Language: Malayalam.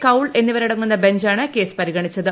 കൌൾ എന്നിവരടങ്ങുന്ന ബഞ്ചാണ് കേസ് പരിഗ്ണിച്ചത്